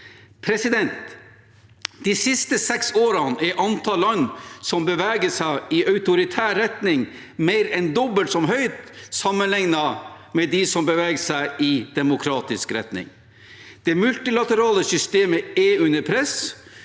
De siste seks årene er antall land som beveger seg i autoritær retning, mer enn dobbelt så høyt som antallet som beveger seg i demokratisk retning. Det multilaterale systemet er under press.